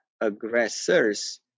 aggressors